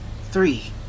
Three